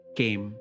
came